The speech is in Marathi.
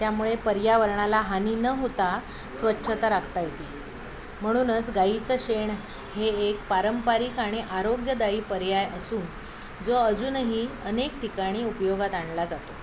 त्यामुळे पर्यावरणाला हानी न होता स्वच्छता राखता येेते म्हणूनच गाईीचं शेण हे एक पारंपारिक आणि आरोग्यदायी पर्याय असून जो अजूनही अनेक ठिकाणी उपयोगात आणला जातो